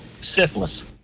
syphilis